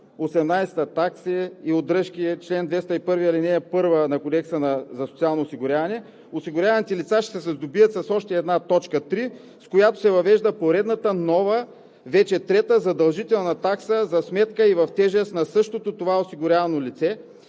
„Такси и удръжки“ в чл. 201, ал. 1 на Кодекса за социално осигуряване, осигуряваните лица ще се сдобият с точка три, с която се въвежда поредната нова – вече трета, задължителна такса за сметка и в тежест на същото осигурявано лице,